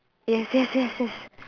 yes yes yes yes